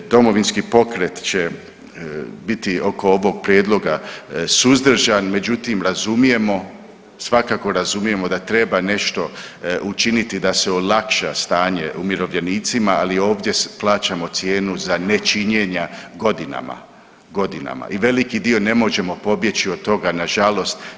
Domovinski pokret će biti oko ovog prijedloga suzdržan, međutim razumijemo, svakako razumijemo da treba nešto učiniti da se olakša stanje umirovljenicima, ali ovdje plaćamo cijenu za nečinjenja godinama, godinama i veliki dio ne možemo pobjeći od toga nažalost.